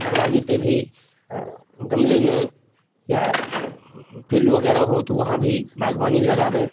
दरवाजे पे भी गमले में या फील्ड वगैरह हो तो वहाँ भी बागवानी लगाएँ